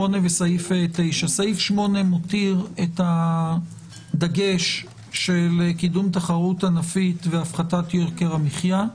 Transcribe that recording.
סעיף 8 מותיר את הדגש של קידום תחרות ענפית והפחתת יוקר המחיה.